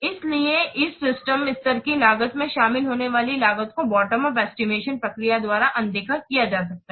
इसलिए इस सिस्टम स्तर की लागत में शामिल होने वाली लागत को बॉटम उप एस्टीमेशन प्रक्रिया द्वारा अनदेखा किया जा सकता है